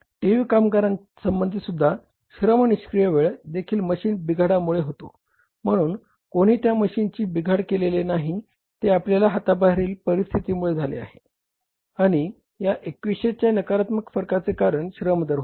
TV कामगारांसंबंधीसुद्धा श्रम निष्क्रिय वेळ देखील मशीन बिघाडामुळे होतो म्हणून कोणीही त्या मशीनचे बिघाड केले नाही ते आपल्या हाताबाहेरील परिस्थितीमुळे झाले आणि या 2100 च्या नकारात्मक फरकाचे कारण श्रम दर होते